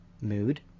mood